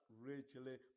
richly